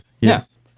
Yes